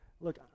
Look